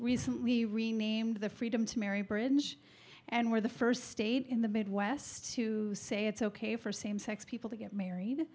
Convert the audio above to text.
recently renamed the freedom to marry bridge and we're the first state in the midwest to say it's ok for same sex people to get married